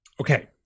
Okay